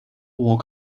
walk